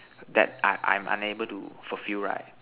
that I'm I'm unable to fulfill right